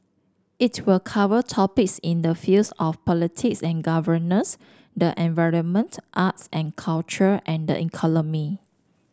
it will cover topics in the fields of politics and governance the environment arts and culture and the